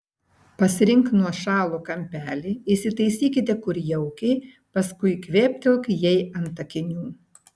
pasirink nuošalų kampelį įsitaisykite kur jaukiai paskui kvėptelk jai ant akinių